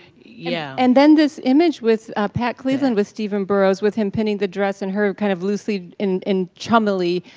yeah. and then this image with pat cleveland with stephen burrows, with him pinning the dress and her kind of loosely in in chameli,